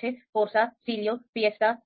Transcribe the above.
છે Corsa Clio Fiesta અને Sandero